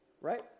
Right